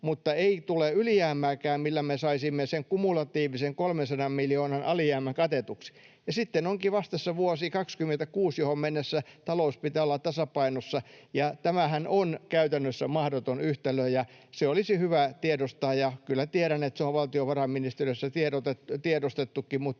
mutta ei tule ylijäämääkään, millä me saisimme sen kumulatiivisen 300 miljoonan alijäämän katetuksi. Ja sitten onkin vastassa vuosi 26, johon mennessä talous pitää olla tasapainossa, ja tämähän on käytännössä mahdoton yhtälö. Se olisi hyvä tiedostaa, ja kyllä tiedän, että se on valtiovarainministeriössä tiedostettukin,